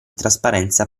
trasparenza